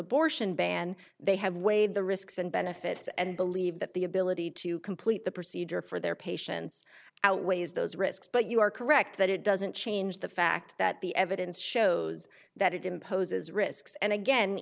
abortion ban they have weighed the risks and benefits and believe that the ability to complete the procedure for their patients outweighs those risks but you are correct that it doesn't change the fact that the evidence shows that it imposes risks and again